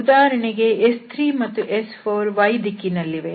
ಉದಾಹರಣೆಗೆ S3 ಮತ್ತು S4 y ದಿಕ್ಕಿನಲ್ಲಿವೆ